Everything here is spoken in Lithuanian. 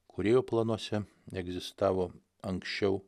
kūrėjo planuose neegzistavo anksčiau